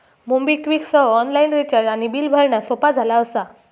MobiKwik सह online recharge आणि bill भरणा सोपा झाला असा